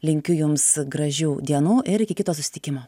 linkiu jums gražių dienų ir iki kito susitikimo